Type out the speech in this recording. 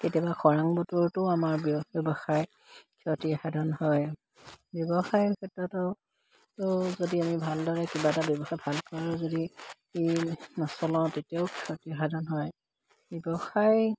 কেতিয়াবা খৰাং বতৰতো আমাৰ ব্যৱসায় ক্ষতিসাধন হয় ব্যৱসায়ৰ ক্ষেত্ৰতো যদি আমি ভালদৰে কিবা এটা ব্যৱসায় ভাল ক্ষতিসাধন হয় ব্যৱসায়ৰ